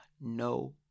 no